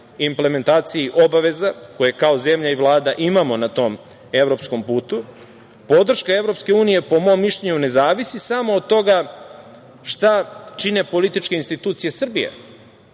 implementaciji obaveza koje kao zemlja i Vlada imamo na tom evropskom putu. Podrška EU, po mom mišljenju, ne zavisi samo od toga šta čine političke institucije Srbije,